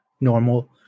normal